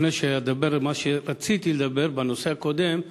לפני שאדבר על מה שרציתי לדבר, בנושא הקודם,